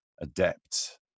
adept